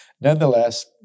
Nonetheless